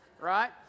right